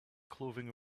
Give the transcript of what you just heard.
clothing